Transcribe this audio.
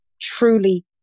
truly